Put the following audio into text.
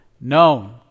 known